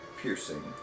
piercing